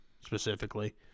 Specifically